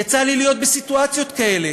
יצא לי להיות בסיטואציות כאלה.